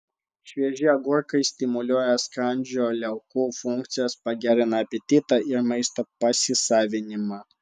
švieži agurkai stimuliuoja skrandžio liaukų funkcijas pagerina apetitą ir maisto pasisavinimą